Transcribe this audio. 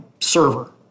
server